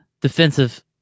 defensive